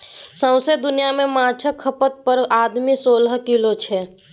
सौंसे दुनियाँ मे माछक खपत पर आदमी सोलह किलो छै